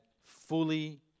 fully